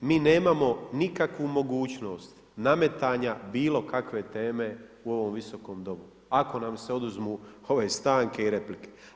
Mi nemamo nikakvu mogućnost nametanja bilo kakve teme u ovom Visokom domu ako nam se oduzmu ove stanke i replike.